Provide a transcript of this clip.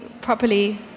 properly